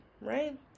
right